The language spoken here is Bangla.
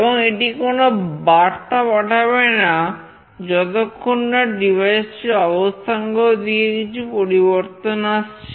এবং এটি কোনো বার্তা পাঠাবে না যতক্ষণ না ডিভাইসটির অবস্থানগত দিকে কিছু পরিবর্তন আসছে